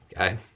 Okay